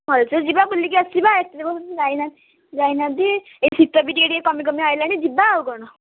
ଭଲସେ ଯିବା ବୁଲିକି ଆସିବା ଏତେ ଦିନ ହେଲା କୁଆଡ଼େ ଯାଇନା ଯାଇନାହାଁନ୍ତି ଏ ଶୀତ ବି ଟିକେ ଟିକେ କମି କମି ଆସିଲାଣି ଯିବା ଆଉ କ'ଣ